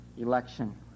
election